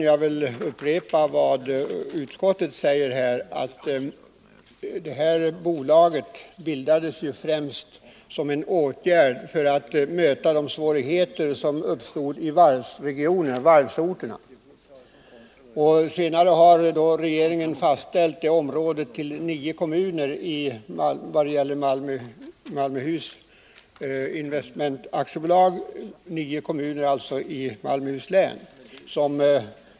Jag kan upprepa vad utskottet säger, att detta bolag bildades främst som en åtgärd för att möta de svårigheter som uppstod i varvsorterna. Senare har regeringen fastställt att verksamheten skall bedrivas inom nio kommuner i Malmöhus län.